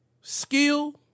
skill